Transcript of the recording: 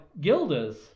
gildas